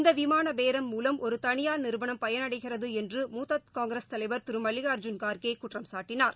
இந்தவிமானபேரம் மூலம் ஒருதனியார் நிறுவனம் பயனடைகிறதுஎன்று மூத்தகாங்கிரஸ் தலைவர் திருமல்லிகார்ஜுன் கார்கேகுற்றம்சாட்டினார்